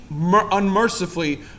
unmercifully